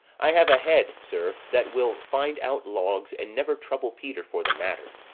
i have a head, sir, that will find out logs and never trouble peter for the matter.